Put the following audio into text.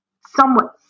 somewhat